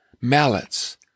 mallets